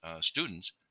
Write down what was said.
students